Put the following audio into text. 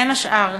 בין השאר,